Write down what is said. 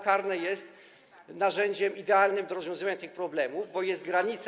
karne jest narzędziem idealnym do rozwiązywania tych problemów, bo jest granica.